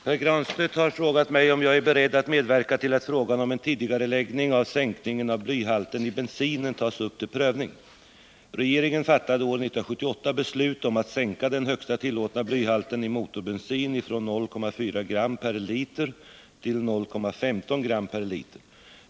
Herr talman! Pär Granstedt har frågat mig om jag är beredd att medverka till att frågan om en tidigareläggning av införandet av en sänkning av blyhalten i bensinen tas upp till prövning. Regeringen fattade år 1978 beslut om att sänka den högsta tillåtna blyhalten i motorbensin från 0,4 g per liter till 0,15 g per liter.